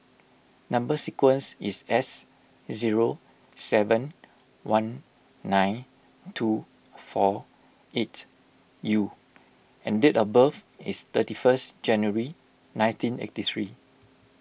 Number Sequence is S zero seven one nine two four eight U and date of birth is thirty first January nineteen eighty three